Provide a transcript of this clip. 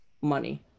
money